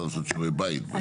נכון, עדיין.